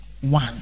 One